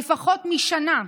בפחות משנה,